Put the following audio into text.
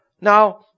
Now